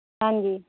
ਹਾਂਜੀ